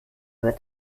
über